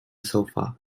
sofa